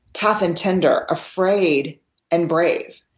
tough and tender. afraid and brave.